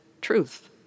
truth